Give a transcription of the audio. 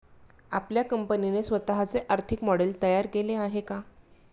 आपल्या कंपनीने स्वतःचे आर्थिक मॉडेल तयार केले आहे का?